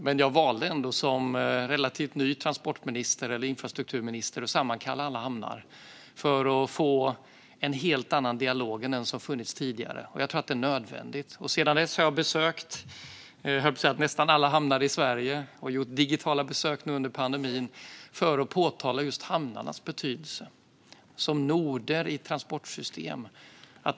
Men jag valde ändå som relativt ny infrastrukturminister att sammankalla alla hamnar för att få en helt annan dialog än den som funnits tidigare. Jag tror att det är nödvändigt. Sedan dess har jag besökt nästan alla hamnar i Sverige och gjort digitala besök nu under pandemin för att framhålla just hamnarnas betydelse som noder i transportsystem.